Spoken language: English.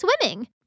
swimming